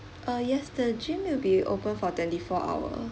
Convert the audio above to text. uh yes the gym will be open for twenty four hour